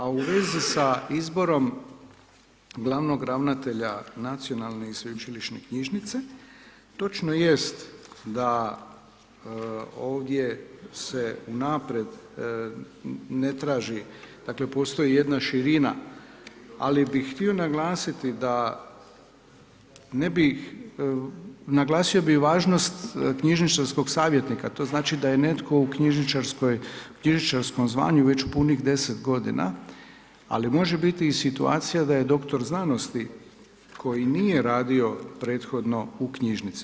A u vezi sa izborom glavnog ravnatelja Nacionalne i sveučilišne knjižnice, točno jest da ovdje se unaprijed ne traži, dakle postoji jedna širina, ali bih htio naglasiti da ne bih, naglasio bih važnost knjižničarskog savjetnika, to znači da je netko u knjižničarskom zvanju već punih 10 godina ali može biti i situacija da je dr. znanosti koji nije radio prethodno u knjižnici.